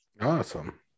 Awesome